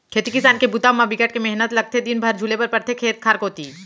खेती किसान के बूता म बिकट के मेहनत लगथे दिन भर झुले बर परथे खेत खार कोती